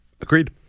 Agreed